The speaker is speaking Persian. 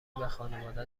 خانواده